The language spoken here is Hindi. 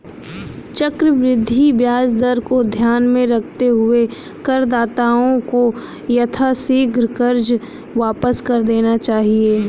चक्रवृद्धि ब्याज दर को ध्यान में रखते हुए करदाताओं को यथाशीघ्र कर्ज वापस कर देना चाहिए